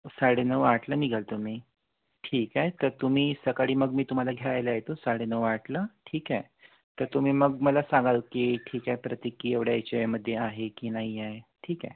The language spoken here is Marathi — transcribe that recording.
साडे नऊ आठला निघाल तुम्ही ठीक आहे तर तुम्ही सकाळी मग मी तुम्हाला घ्यायला येतो साडे नऊ आठला ठीक आहे तर तुम्ही मग मला सांगाल की ठीक आहे प्रतीक की एवढ्या ह्याच्यामध्ये आहे की नाही आहे ठीक आहे